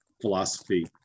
philosophy